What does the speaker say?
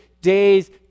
days